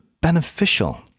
beneficial